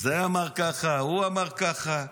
זה אמר ככה, הוא אמר ככה.